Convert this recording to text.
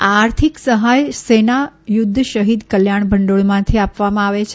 આ આર્થિક સહાય સેના યુદ્ધ શહીદ કલ્યાણ ભંડોળમાંથી આપવામાં આવે છે